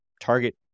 target